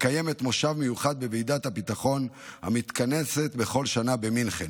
מקיימת מושב מיוחד בוועידת הביטחון המתכנסת בכל שנה במינכן,